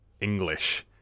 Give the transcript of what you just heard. English